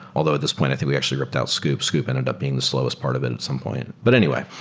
although at this point i think we actually ripped out scoop. scoop ended up being the slowest part of it at some point. but anyway.